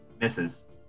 misses